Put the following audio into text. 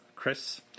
Chris